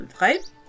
right